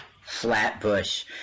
Flatbush